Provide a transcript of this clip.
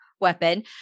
weapon